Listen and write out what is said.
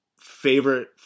favorite